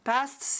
Past